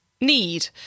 need